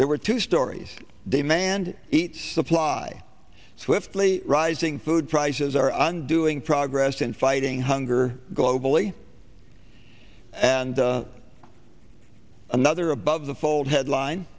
there were two stories demand each supply swiftly rising food prices are on doing progress in fighting hunger globally and another above the fold headline